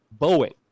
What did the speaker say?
Boeing